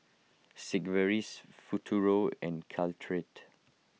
Sigvaris Futuro and Caltrate